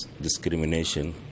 discrimination